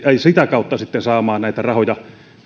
sitä kautta sitten saamaan näitä rahoja